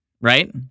right